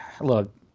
look